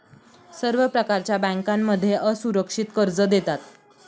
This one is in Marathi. सर्व प्रकारच्या बँकांमध्ये असुरक्षित कर्ज देतात